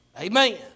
Amen